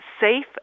safe